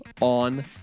on